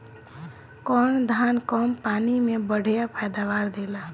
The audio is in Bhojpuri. कौन धान कम पानी में बढ़या पैदावार देला?